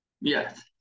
Yes